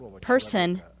person